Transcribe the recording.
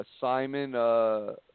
Simon